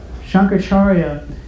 Shankaracharya